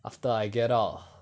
after I get out